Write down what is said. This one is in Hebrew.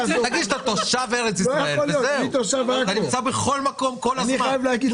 אתה נמצא בכל מקום כל הזמן.